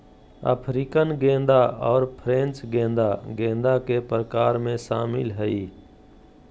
African गेंदा और French गेंदा गेंदा के प्रकार में शामिल हइ